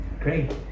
great